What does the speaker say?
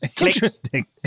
Interesting